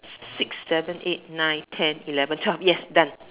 six seven eight nine ten eleven twelve yes done